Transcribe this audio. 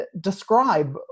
describe